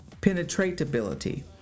penetratability